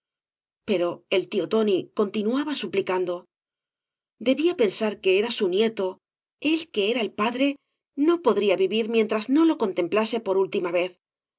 pero el tío tóii continuaba suplicando debía pensar que era su nieto él que era el padre no podría vivir mientras no lo contemplase por última vez se